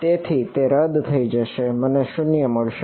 તેથી તે રદ થઇ જશે અને મને 0 મળશે